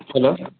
hello